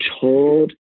told